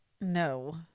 No